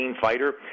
fighter